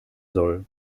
soll